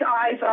eyes